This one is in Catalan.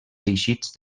teixits